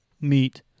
meet